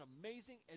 amazing